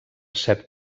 set